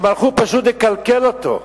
הם הלכו פשוט לקלקל אותו,